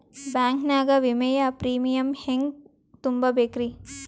Bank ನಾಗ ವಿಮೆಯ premium ಹೆಂಗ್ ತುಂಬಾ ಬೇಕ್ರಿ?